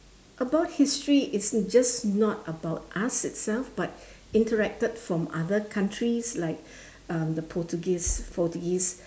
about history it's just not about us itself but interacted from other counties like um the portuguese portuguese